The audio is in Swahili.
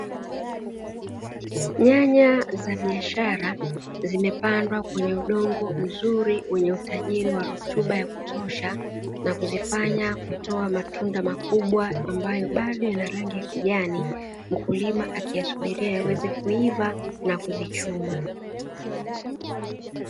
Nyaya za biashara, zimepandwa kwenye udongo mzuri wenye utajiri wa rutuba ya kutosha na kuzifanya kutoa matunda makubwa ambayo bado yana rangi ya kijani, mkulima akiyasubiria yaweze kuiva na kuzichuma.